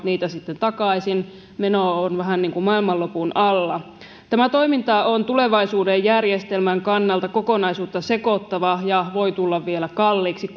niitä sitten takaisin meno on vähän niin kuin maailmanlopun alla tämä toiminta on tulevaisuuden järjestelmän kannalta kokonaisuutta sekoittava ja voi tulla vielä kalliiksi